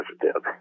positive